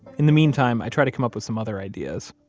in the meantime, i try to come up with some other ideas.